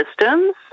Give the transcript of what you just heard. systems